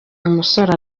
umusore